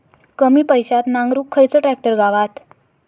कमी पैशात नांगरुक खयचो ट्रॅक्टर गावात?